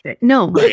no